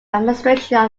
administration